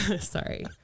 Sorry